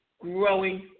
growing